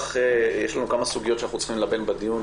יש לנו כמה סוגיות שאנחנו צריכים ללבן בדיון